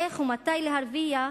איך ומתי להרוויח,